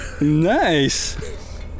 Nice